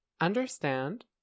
understand